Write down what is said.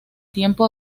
tiempo